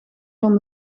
van